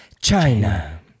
China